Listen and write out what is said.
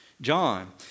John